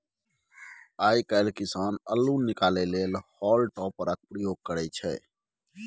आइ काल्हि किसान अल्लु निकालै लेल हॉल टॉपरक प्रयोग करय छै